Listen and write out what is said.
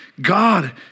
God